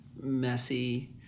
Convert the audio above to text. messy